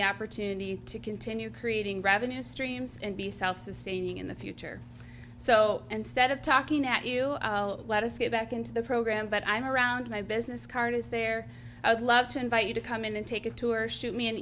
the opportunity to continue creating revenue streams and be self sustaining in the future so instead of talking at you let's go back into the program but i'm around my business card is there i would love to invite you to come in and take a tour shoot me an